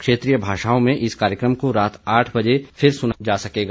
क्षेत्रीय भाषाओं में इस कार्यक्रम को रात आठ बजे फिर सुना जा सकेगा